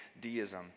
deism